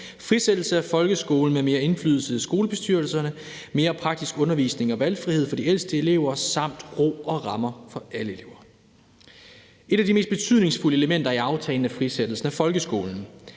frisættelse af folkeskolen med mere indflydelse for skolebestyrelserne, mere praktisk undervisning og valgfrihed for de ældste elever samt ro og rammer for alle elever. Et af de mest betydningsfulde elementer i aftalen er frisættelsen af folkeskolen.